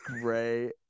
great